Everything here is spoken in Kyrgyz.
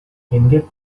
эмгек